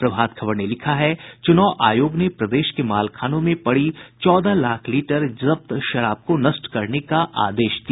प्रभात खबर ने लिखा है चुनाव आयोग ने प्रदेश के मालखानों में पड़ी चौदह लाख लीटर जब्त शराब को नष्ट करने का आदेश दिया